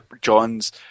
John's